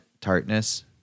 tartness